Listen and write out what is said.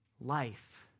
Life